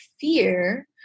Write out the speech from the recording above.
fear